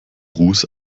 ruß